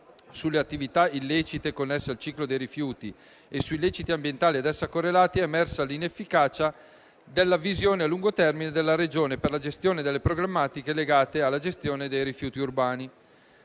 sulle attività illecite connesse al ciclo dei rifiuti e sugli illeciti ambientali ad essa correlati, è emersa l'inefficacia della visione a lungo termine della Regione per la gestione delle problematiche legate alla gestione dei rifiuti urbani.